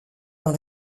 dans